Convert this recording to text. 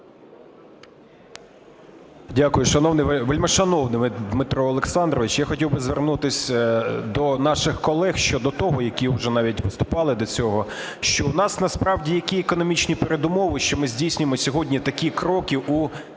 Дякую. Вельмишановний Дмитро Олександрович! Я хотів би звернутись до наших колег щодо того, які уже навіть виступали до цього, що в нас насправді які економічні передумови, що ми здійснюємо сьогодні такі кроки у фіскальній чи